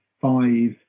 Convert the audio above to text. five